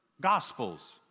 gospels